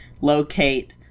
locate